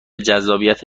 جذابیت